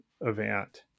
event